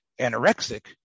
anorexic